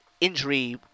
injury